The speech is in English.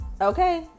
Okay